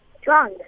strong